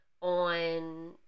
on